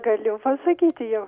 galiu pasakyti